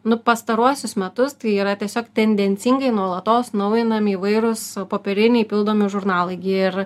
nu pastaruosius metus tai yra tiesiog tendencingai nuolatos naujinami įvairūs popieriniai pildomi žurnalai gi ir